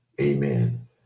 amen